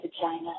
vagina